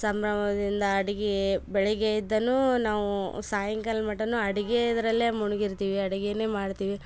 ಸಂಭ್ರಮದಿಂದ ಅಡಿಗೆ ಬೆಳಗ್ಗೆ ಇದ್ದನೂ ನಾವು ಸಾಯಂಕಾಲ ಮಟ್ಟನು ಅಡಿಗೇ ಇದರಲ್ಲೇ ಮುಳುಗಿರ್ತೀವಿ ಅಡಿಗೇನೆ ಮಾಡ್ತೀವಿ